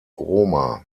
roma